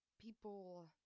people